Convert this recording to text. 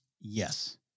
Yes